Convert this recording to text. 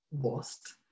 Lost